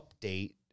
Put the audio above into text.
update